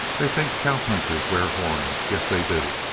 they think cow-punchers wear horns. yes, they do.